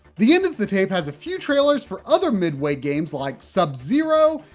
the end of the tape has a few trailers for other midway games, like sub-zero,